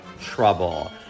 Trouble